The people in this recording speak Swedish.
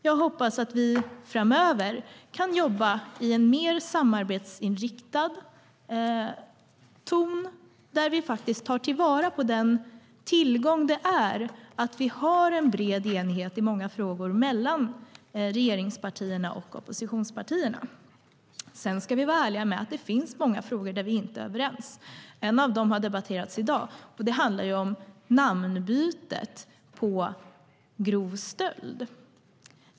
Jag hoppas att vi framöver kan jobba i en mer samarbetsinriktad anda där vi tar vara på den tillgång det är att vi har en bred enighet i många frågor mellan regeringspartierna och oppositionspartierna. Sedan ska vi vara ärliga med att det finns många frågor där vi inte är överens. En av dem har debatterats i dag, nämligen namnbytet på grov stöld.